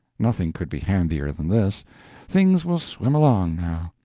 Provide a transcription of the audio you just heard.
nothing could be handier than this things will swim along now.